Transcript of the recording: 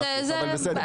אבל בסדר.